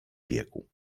wieku